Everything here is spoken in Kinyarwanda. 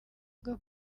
bwo